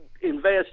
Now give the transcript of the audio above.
invest